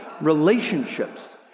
relationships